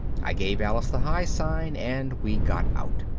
i gave alice the high sign and we got out.